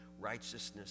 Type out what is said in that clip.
righteousness